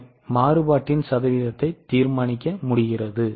அவை மாறுபாட்டின் சதவீதத்தை தீர்மானிக்க முடிகிறது